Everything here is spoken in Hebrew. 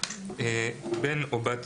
משפחות נעדרים ולהגדיר שיתוף פעולה בין משרדי הממשלה